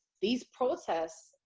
these protests,